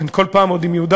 אני כל פעם עוד עם "יהודה,